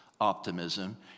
optimism